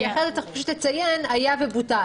כי אחרת, צריך פשוט לציין: היה ובוטל.